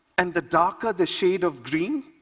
and the darker the shade of green,